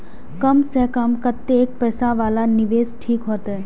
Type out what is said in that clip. कम से कम कतेक पैसा वाला निवेश ठीक होते?